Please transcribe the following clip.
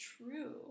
true